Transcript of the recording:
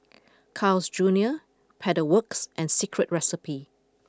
Carl's Junior Pedal Works and Secret Recipe